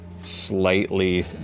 slightly